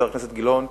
חבר הכנסת גילאון,